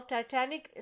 Titanic